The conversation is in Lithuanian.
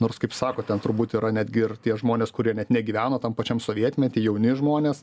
nors kaip sakot ten turbūt yra netgi ir tie žmonės kurie net negyveno tam pačiam sovietmety jauni žmonės